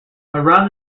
around